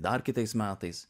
dar kitais metais